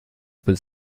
with